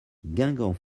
guingamp